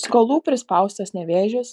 skolų prispaustas nevėžis